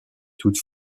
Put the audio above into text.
toute